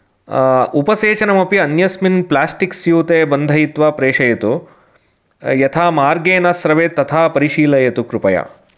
उपसेचनमपि अन्यस्मिन् प्लास्टिक् स्यूते बन्धयित्वा प्रेषयतु यथा मार्गे न श्रवेत् तथा परिशीलयतु कृपया